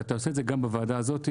ואתה עושה את זה גם בוועדה הזאת.